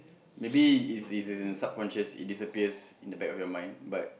maybe it's it's in the subconscious it disappears in the back of your mind but